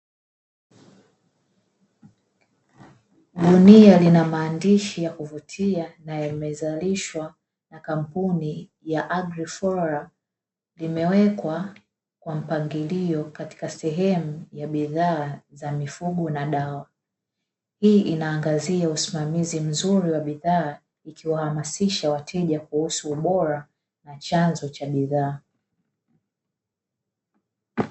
Gunia lina maandishi ya kuvutia na yamezalishwa na kampuni ya "AgriFlora", imewekwa kwa mpangilio katika sehemu ya bidhaa za mifugo na dawa, hii inaangazia usimamizi mzuri wa bidhaa ikiwahamasisha wateja kuhusu ubora na chanzo cha bidhaa.